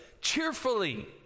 cheerfully